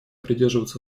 придерживаться